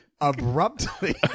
abruptly